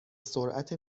سرعت